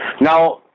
Now